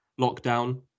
lockdown